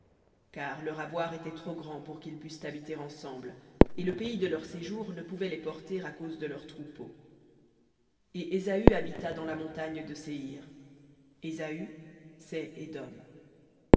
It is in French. car leur avoir était trop grand pour qu'ils pussent habiter ensemble et le pays de leur séjour ne pouvait les porter à cause de leurs troupeaux et ésaü habita dans la montagne de séhir ésaü c'est édom